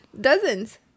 Dozens